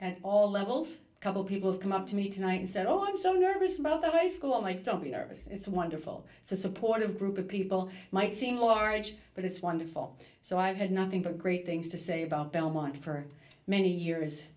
at all levels a couple people have come up to me tonight and said oh i'm so nervous about the way school i don't be nervous it's wonderful it's a supportive group of people might seem large but it's wonderful so i've had nothing but great things to say about belmont for many years